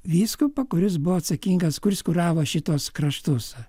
vyskupą kuris buvo atsakingas kuris kuravo šituos kraštus